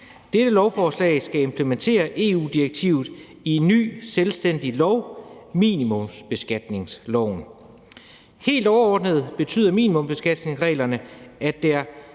Dette lovforslag skal implementere EU-direktivet i en ny selvstændig lov, minimumsbeskatningsloven. Helt overordnet betyder minimumsbeskatningsreglerne, at der